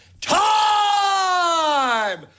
time